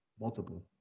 multiple